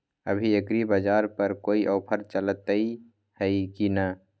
अभी एग्रीबाजार पर कोई ऑफर चलतई हई की न?